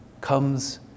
comes